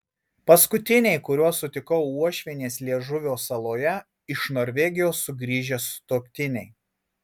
paskutiniai kuriuos sutikau uošvienės liežuvio saloje iš norvegijos sugrįžę sutuoktiniai